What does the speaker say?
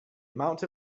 amount